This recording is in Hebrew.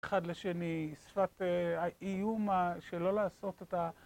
אחד לשני, שפת האיום שלא לעשות את ה...